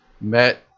met